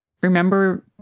remember